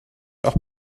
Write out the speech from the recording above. auch